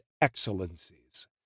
excellencies